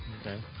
okay